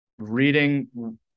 reading